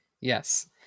Yes